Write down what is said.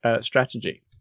strategy